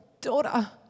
daughter